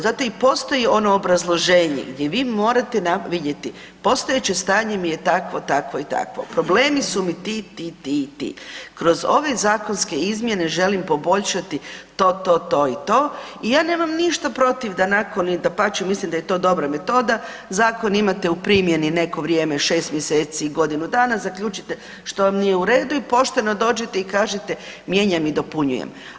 Zato i postoji ono obrazloženje gdje vi morate vidjeti postojeće stanje mi je takvo, takvo i takvo, problemi su mi ti, ti, ti i ti, kroz ove zakonske izmjene želim poboljšati to, to, to i to i ja nemam ništa protiv da nakon i dapače mislim da je to dobra metoda, zakon imate u primjeni neko vrijeme 6 mjeseci i godinu dana zaključite što vam nije u redu i pošteno dođete i kažete mijenjam i dopunjujem.